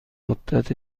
مدت